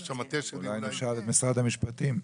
אולי נשאל את משרד המשפטים.